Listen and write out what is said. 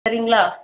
சரிங்களா